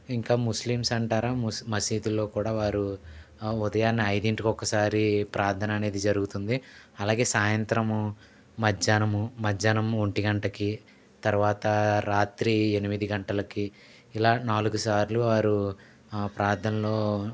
ఇంకా ముస్లిమ్స్ అంటారా ముస్ మసీదులో కూడా వారు ఉదయాన్నే ఐదింటికి ఒకసారి ప్రార్థన అనేది జరుగుతుంది అలాగే సాయంత్రము మధ్యాహ్నము మధ్యాహ్నము ఒంటి గంటకి తర్వాత రాత్రి ఎనిమిది గంటలకి ఇలా నాలుగు సార్లు వారు ప్రార్థనలు